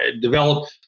develop